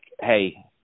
hey